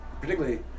Particularly